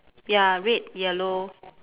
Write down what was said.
ya red yellow